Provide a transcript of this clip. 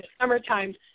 summertime